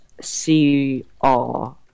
C-R